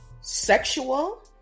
Sexual